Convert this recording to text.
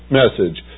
message